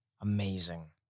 Amazing